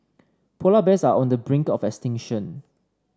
polar bears are on the brink of extinction